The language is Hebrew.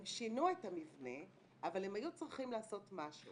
הם שינו את המבנה, אבל הם היו צריכים לעשות משהו.